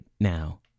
now